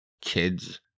kids